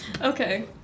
Okay